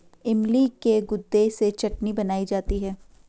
इमली के गुदे से चटनी बनाई जाती है